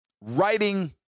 writing